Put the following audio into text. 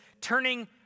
turning